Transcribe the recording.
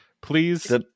Please